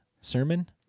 sermon